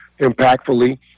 impactfully